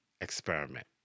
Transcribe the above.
experiment